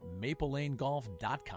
maplelanegolf.com